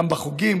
גם בחוגים,